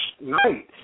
night